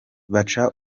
baca